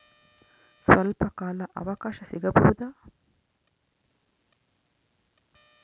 ಸ್ವಲ್ಪ ಕಾಲ ಅವಕಾಶ ಸಿಗಬಹುದಾ?